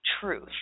truth